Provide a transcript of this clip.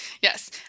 Yes